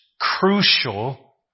crucial